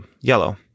Yellow